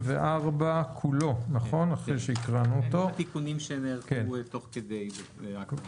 עם התיקונים שנערכו תוך כדי ההקראה.